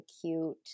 cute